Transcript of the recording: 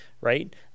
right